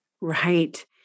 Right